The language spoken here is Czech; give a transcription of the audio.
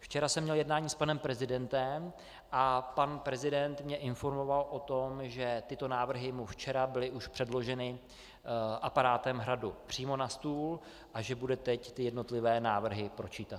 Včera jsem měl jednání s panem prezidentem a pan prezident mě informoval o tom, že tyto návrhy mu byly už včera předloženy aparátem Hradu přímo na stůl a že bude teď jednotlivé návrhy pročítat.